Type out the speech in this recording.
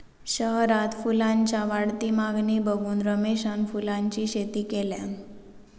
शहरात फुलांच्या वाढती मागणी बघून रमेशान फुलांची शेती केल्यान